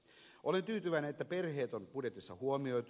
olen tyytyväinen että perheet on budjetissa huomioitu